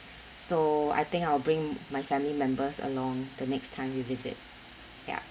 so I think I will bring my family members along the next time we visit ya especially